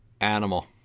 Animal